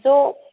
ज'